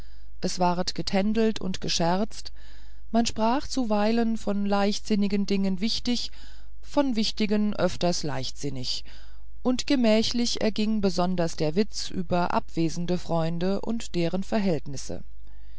es ward getändelt und gescherzt man sprach zuweilen von leichtsinnigen dingen wichtig von wichtigen öfters leichtsinnig und gemächlich erging besonders der witz über abwesende freunde und deren verhältnisse